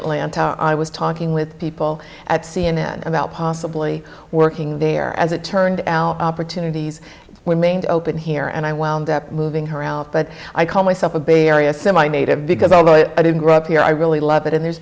atlanta i was talking with people at c n n about possibly working there as it turned out opportunities with maine to open here and i wound up moving her out but i call myself a bay area semi native because although i didn't grow up here i really love it and there's